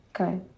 Okay